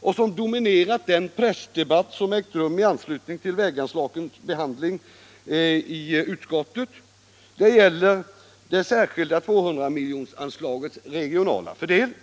och som dominerat den pressdebatt som ägt rum i anslutning till väganslagens behandling i utskottet gäller det särskilda 200-miljonersanslagets regionala fördelning.